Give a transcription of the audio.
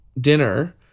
dinner